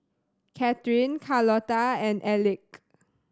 Kathryn Carlota and Elick